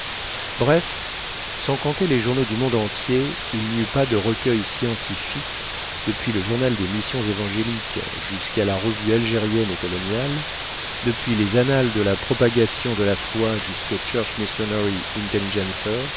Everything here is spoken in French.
bref sans compter les journaux du monde entier il n'y eut pas de recueil scientifique depuis le journal des missions évangéliques jusqu'à la revue algérienne et coloniale depuis les annales de la propagation de la foi jusqu'au church missionnary